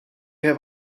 have